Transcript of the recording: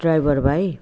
driver भाइ